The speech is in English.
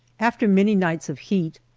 after many nights of heat,